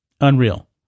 Unreal